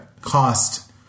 cost